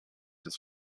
ist